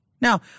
Now